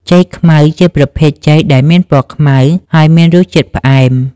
ចេកខ្មៅ ជាប្រភេទចេកដែលមានពណ៌ខ្មៅ ហើយមានរសជាតិផ្អែម។